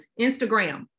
Instagram